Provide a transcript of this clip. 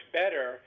better